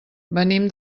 venim